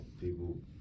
People